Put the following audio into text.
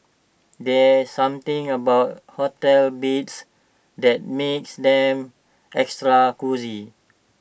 there's something about hotel beds that makes them extra cosy